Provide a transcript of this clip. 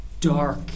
dark